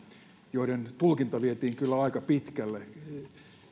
joiden tulkinta vietiin kyllä aika pitkälle